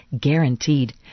guaranteed